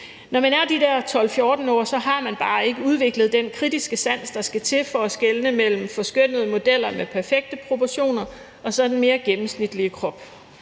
Når man er de der 12-14 år, har man bare ikke udviklet den kritiske sans, der skal til for at skelne mellem forskønnede modeller med perfekte proportioner og så den mere gennemsnitlige krop,